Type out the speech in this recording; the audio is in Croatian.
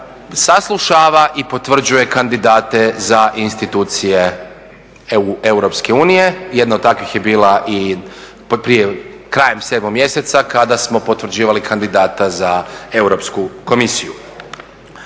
saslušava i potvrđuje kandidate za institucije EU. Jedna od takvih je bila i krajem 7. mjeseca kada smo potvrđivali kandidata za Europsku komisiju.